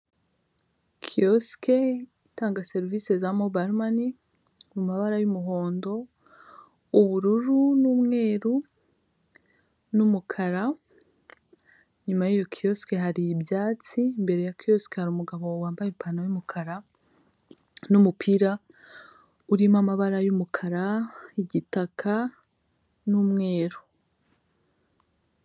Kiyosike itanga serivise za mobayilo mani mu mabara y'umuhondo, ubururu n'umweru n'umukara; inyuma y'iyo kiyosike hari ibyatsi, imbere ya kiyosike hari umugabo wambaye ipantalo y'umukara, n'umupira urimo amabara y'umukara, igitaka n'umweru.